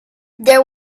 there